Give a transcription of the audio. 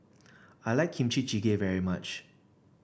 I like Kimchi Jjigae very much